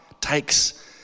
takes